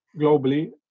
globally